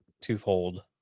twofold